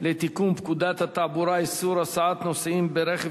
לתיקון פקודת התעבורה (איסור הסעת נוסעים ברכב